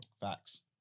Facts